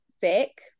sick